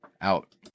Out